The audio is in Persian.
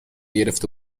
گرفته